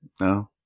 No